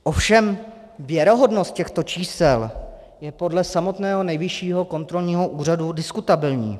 Ovšem věrohodnost těchto čísel je podle samotného Nejvyššího kontrolního úřadu diskutabilní.